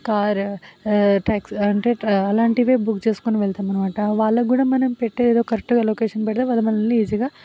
car taxi అంటే అలాంటివే book చేసుకొని వెళుతున్నాము అన్నమాట వాళ్ళకు కూడా మనం పెట్టే ఏదో కరెక్ట్గా లొకేషన్ పెడితే వాళ్ళు మనలని ఈజీగా